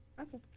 Okay